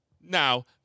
Now